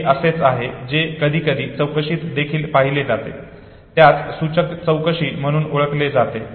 हे असेच आहे जे कधीकधी चौकशीत देखील पाहिले जाते ज्यास सूचक चौकशी म्हणून ओळखले जाते